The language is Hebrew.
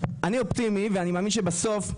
אני אופטימי ואני מאמין שבסוף,